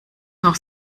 noch